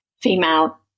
female